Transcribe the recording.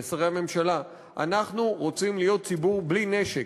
לשרי הממשלה: אנחנו רוצים להיות ציבור בלי נשק.